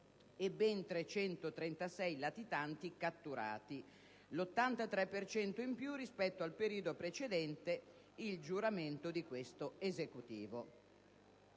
e ben 336 latitanti catturati, l'83 per cento in più rispetto al periodo precedente il giuramento di questo Esecutivo.